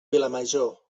vilamajor